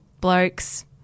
blokes